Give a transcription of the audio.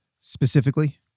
specifically